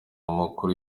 amakuru